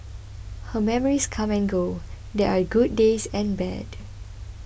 her memories come and go and there are good days and bad